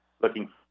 Looking